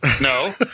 No